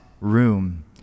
room